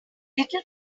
little